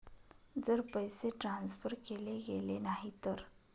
जर पैसे ट्रान्सफर केले गेले नाही तर?